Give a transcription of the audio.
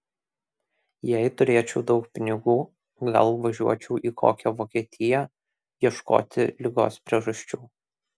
jei turėčiau daug pinigų gal važiuočiau į kokią vokietiją ieškoti ligos priežasčių